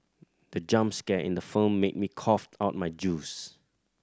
the jump scare in the film made me cough out my juice